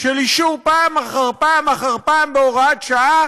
של אישור פעם אחר פעם אחר פעם בהוראת שעה